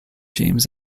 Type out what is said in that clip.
james